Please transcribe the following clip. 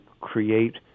create